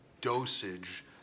dosage